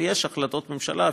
ויש החלטות ממשלה,